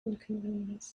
inconvenience